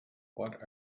what